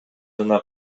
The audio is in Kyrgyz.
жана